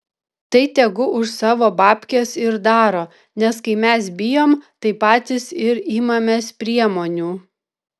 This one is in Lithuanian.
tai tegu už savo babkes ir daro nes kai mes bijom tai patys ir imamės priemonių